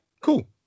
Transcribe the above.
cool